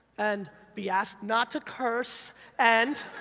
and be asked not to curse and